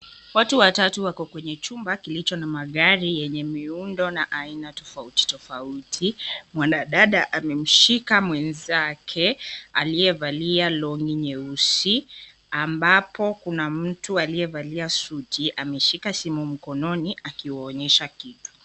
Watu watatu wako kwenye chumba kilicho na magari yenye miundo na aina tofauti tofauti mwanadada amamshika mwenzake aliyevalia longi nyeusi ambapo kuna mtu aliyevalia suti ameshika simu mkononi akiwaonyesha kitu.